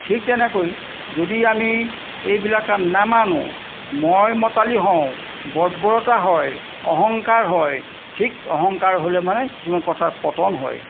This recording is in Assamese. ঠিক তেনেকৈ যদি আমি এইবিলাক নামানো মই মতালি হওঁ বৰ্বৰতা হয় অহংকাৰ হয় ঠিক অহংকাৰ হ'লে মানে কিছুমান কথাত পতন হয়